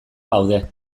gaude